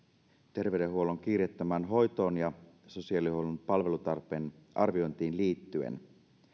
terveydenhuollon kiireettömään hoitoon ja sosiaalihuollon palvelutarpeen arviointiin liittyen